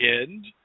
end